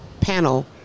panel